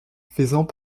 faisant